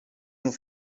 nur